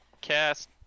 cast